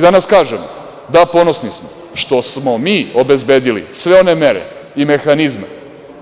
Danas kažemo, da ponosni smo što smo mi obezbedili sve one mere i mehanizme